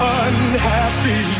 unhappy